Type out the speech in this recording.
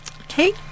Okay